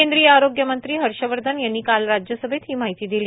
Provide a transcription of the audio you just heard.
कैंद्रीय आरोग्य मंत्री हर्षवर्धन यांनी काल राज्यसभेत ही माहिती दिली